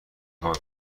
هان